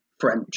French